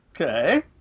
Okay